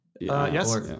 Yes